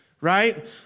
right